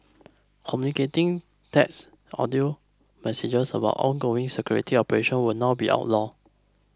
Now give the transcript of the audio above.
communicating text audio messages about ongoing security operations will not be outlawed